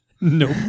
Nope